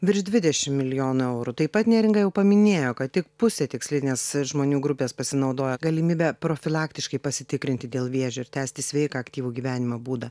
virš dvidešim milijonų eurų taip pat neringa jau paminėjo kad tik pusė tikslinės žmonių grupės pasinaudoja galimybe profilaktiškai pasitikrinti dėl vėžio ir tęsti sveiką aktyvų gyvenimo būdą